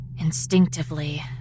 Instinctively